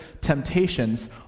temptations